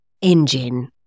engine